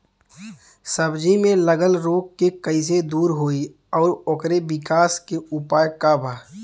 सब्जी में लगल रोग के कइसे दूर होयी और ओकरे विकास के उपाय का बा?